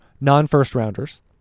non-first-rounders